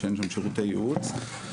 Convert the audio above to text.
שאין שם שירותי ייעוץ.